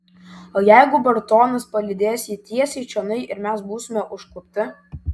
o jeigu bartonas palydės jį tiesiai čionai ir mes būsime užklupti